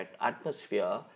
atmosphere